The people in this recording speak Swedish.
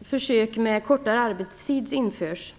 försök med kortare arbetstid införs.